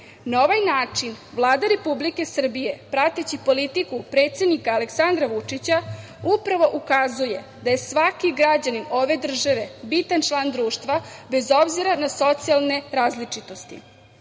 Na ovaj način Vlada Republike Srbije prateći politiku predsednika Aleksandra Vučića upravo ukazuje da je svaki građanin ove države bitan član društva, bez obzira na socijalne različitosti. Svaki